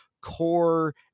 core